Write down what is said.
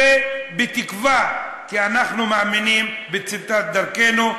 בתקווה, כי אנחנו מאמינים בצדקת דרכנו.